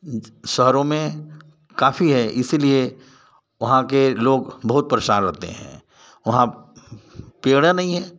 शहरों में काफ़ी है इसीलिए वहाँ के लोग बहुत परेशान रहते हैं वहाँ पेड़ें नहीं हैं